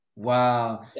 Wow